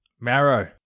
Marrow